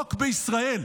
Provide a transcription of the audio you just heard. חוק בישראל.